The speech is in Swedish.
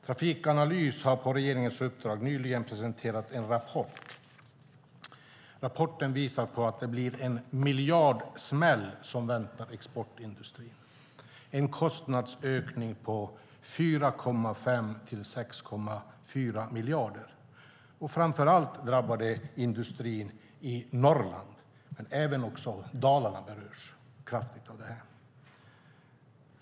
Trafikanalys har på regeringens uppdrag nyligen presenterat en rapport. Den visar på att det blir en miljardsmäll som väntar exportindustrin, det vill säga en kostnadsökning på 4,5-6,4 miljarder. Framför allt drabbar det industrin i Norrland, men även Dalarna berörs kraftigt.